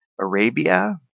Arabia